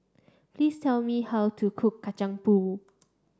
please tell me how to cook Kacang Pool